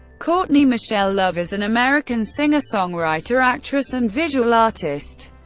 courtney michelle love is an american singer, songwriter, actress, and visual artist.